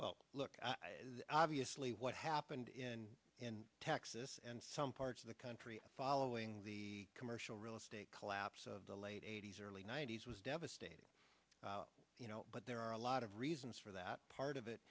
well look obviously what happened in texas and some parts of the country following the commercial real estate collapse of the late eighty's early ninety's was devastating you know but there are a lot of reasons for that part of it